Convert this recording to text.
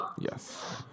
Yes